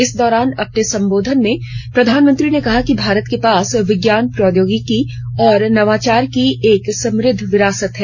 इस दौरान अपने संबोधन में प्रधानमंत्री ने कहा कि भारत के पास विज्ञान प्रौद्योगिकी और नवाचार की एक समुद्ध विरासत है